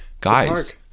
guys